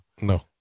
No